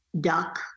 duck